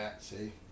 See